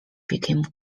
became